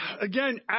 again